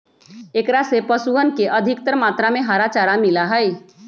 एकरा से पशुअन के अधिकतर मात्रा में हरा चारा मिला हई